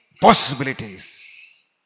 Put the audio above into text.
possibilities